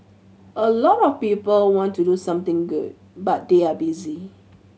a lot of people want to do something good but they are busy